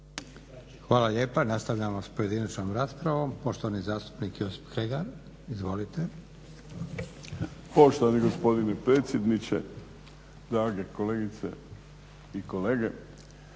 Hvala lijepa. Nastavljamo sa pojedinačnom raspravom. Poštovani zastupnik Josip Kregar, izvolite. **Kregar, Josip (Nezavisni)** Poštovani gospodine predsjedniče, drage kolegice i kolege